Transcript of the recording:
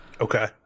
Okay